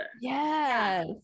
Yes